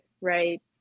right